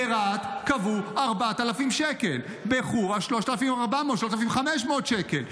ברהט קבעו 4,000. בחורה, 3,400, 3,500 שקל.